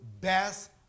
best